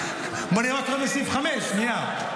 בואו נראה מה קורה בסעיף 5, שנייה.